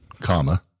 comma